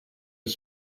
was